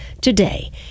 today